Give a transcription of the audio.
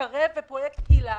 קרב ופרויקט היל"ה,